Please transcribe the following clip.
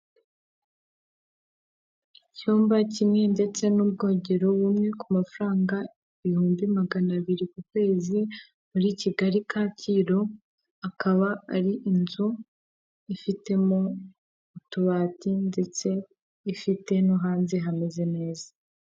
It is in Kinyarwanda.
Icyumba kimwe ndetse n'ubwogero bumwe ku mafaranga ibihumbi magana abiri ku kwezi muri kigali kacyiru akaba ari inzu ifitemo utubati ndetse ifite no hanze hameze neza.